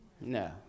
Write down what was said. No